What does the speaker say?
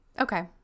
okay